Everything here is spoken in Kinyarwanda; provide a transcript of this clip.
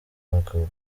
abagabo